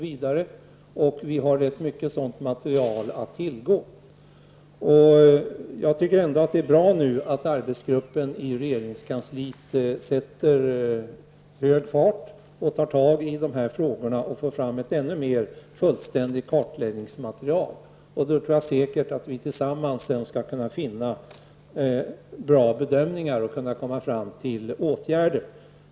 Vi har ganska mycket sådant material att tillgå. Jag tycker att det är bra att arbetsgruppen i regeringskansliet nu sätter hög fart och tar tag i dessa frågor för att få fram en ännu mer fullständig kartläggning. Jag är övertygad om att vi sedan tillsammans skall kunna göra bra bedömningar och komma fram till förslag om åtgärder.